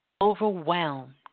overwhelmed